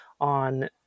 on